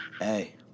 hey